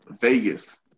Vegas